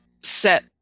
set